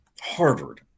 Harvard